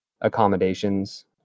accommodations